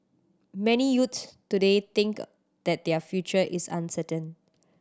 many youths today think that their future is uncertain